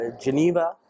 Geneva